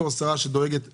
בתור שרה שדואגת לשוויון,